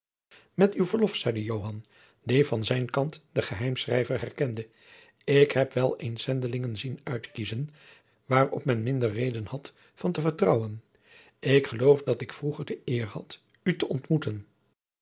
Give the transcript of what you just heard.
met uw verlof zeide joan die van zijn kant den geheimschrijver herkende ik heb wel eens zendelingen zien uitkiezen waarop men minder reden had van te vertrouwen ik geloof dat ik vroeger de eer had u te ontmoeten